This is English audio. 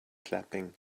clapping